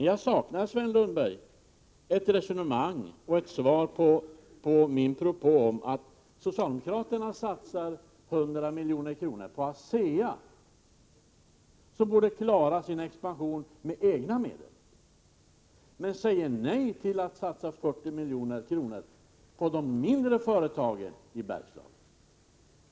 Jag saknar, Sven Lundberg, ett resonemang om och ett svar på min propå om att socialdemokraterna satsar 100 miljoner på ASEA, som borde klara sin expansion med egna medel, men säger nej till att satsa 40 miljoner på de mindre företagen i Bergslagen.